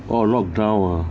oh lockdown ah